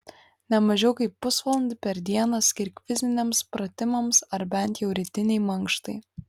ne mažiau kaip pusvalandį per dieną skirk fiziniams pratimams ar bent jau rytinei mankštai